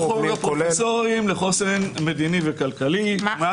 החוג הוא חוג הפרופסורים לחוסן מדיני וכלכלי שמונה